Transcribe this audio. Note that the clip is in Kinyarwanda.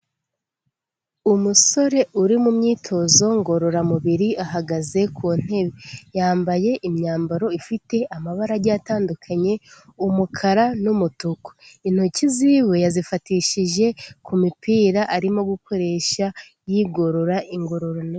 Umusore uri mu myitozo ngororamubiri ahagaze ku ntebe yambaye imyambaro ifite amabara agiye atandukanye: umukara n'umutuku intoki ziwe yazifatishije ku mipira arimo gukoresha yigorora ingororano.